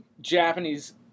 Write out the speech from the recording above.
Japanese